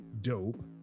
dope